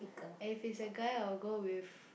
and if it's a guy I'll go with